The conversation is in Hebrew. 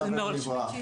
לא היה ולא נברא.